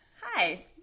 Hi